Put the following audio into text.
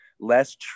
less